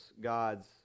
God's